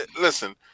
listen